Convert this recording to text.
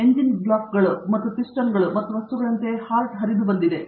engine ಬ್ಲಾಕ್ಗಳು ಮತ್ತು ಪಿಸ್ಟನ್ಗಳು ಮತ್ತು ವಸ್ತುಗಳಂತೆಯೇ ಹಾರ್ಟ್ ಹರಿದುಬಂದಿದೆ